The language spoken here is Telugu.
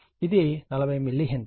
ఇది 40 మిల్లీ హెన్రీ